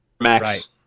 Max